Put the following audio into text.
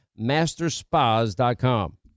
masterspas.com